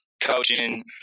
coaching